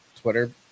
Twitter